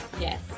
Yes